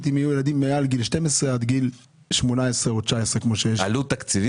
אם יהיו ילדים מעל גיל 12 עד גיל 18 או 19. כמה יעלה,